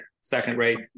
second-rate